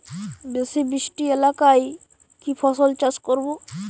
বেশি বৃষ্টি এলাকায় কি ফসল চাষ করব?